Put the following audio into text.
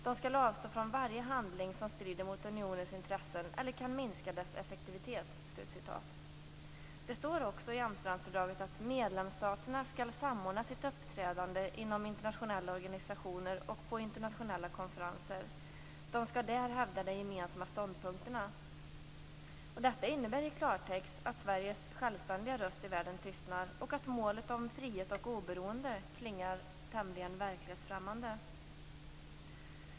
- De skall avstå från varje handling som strider mot unionens intressen eller kan minska dess effektivitet." Det står också i Amsterdamfördraget att medlemsstaterna skall samordna sitt uppträdande inom internationella organisationer och på internationella konferenser. De skall där hävda de gemensamma ståndpunkterna. I klartext innebär detta att Sveriges självständiga röst i världen tystnar och att målet om frihet och oberoende klingar tämligen verklighetsfrämmande.